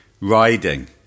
Riding